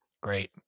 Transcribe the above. Great